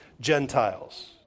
Gentiles